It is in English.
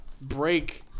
break